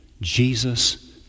Jesus